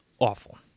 awful